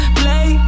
play